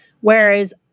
Whereas